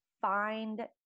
find